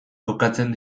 kokatzen